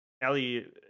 Ellie